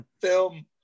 film